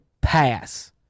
pass